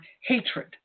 hatred